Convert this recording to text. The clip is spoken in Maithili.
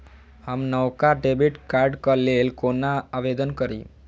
हम नवका डेबिट कार्डक लेल कोना आवेदन करी?